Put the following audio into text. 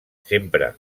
sempre